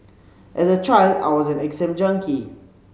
as a child I was an exam junkie